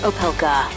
Opelka